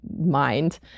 mind